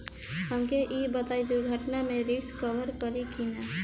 हमके ई बताईं दुर्घटना में रिस्क कभर करी कि ना?